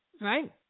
right